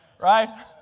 right